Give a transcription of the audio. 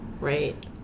right